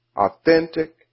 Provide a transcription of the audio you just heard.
authentic